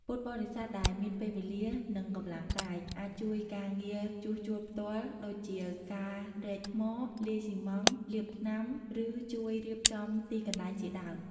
ពុទ្ធបរិស័ទដែលមានពេលវេលា និងកម្លាំងកាយ អាចជួយការងារជួសជុលផ្ទាល់ ដូចជា ការរែកថ្ម លាយស៊ីម៉ងត៍ លាបថ្នាំ ឬជួយរៀបចំទីកន្លែងជាដើម។